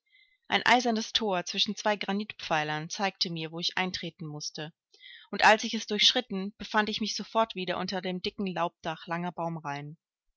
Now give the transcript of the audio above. ein eisernes thor zwischen zwei granitpfeilern zeigte mir wo ich eintreten mußte und als ich es durchschritten befand ich mich sofort wieder unter dem dicken laubdach langer baumreihen